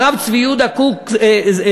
הרב צבי יהודה קוק זצ"ל,"